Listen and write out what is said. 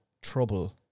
trouble